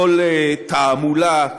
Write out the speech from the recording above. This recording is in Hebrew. כל תעמולה,